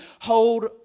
Hold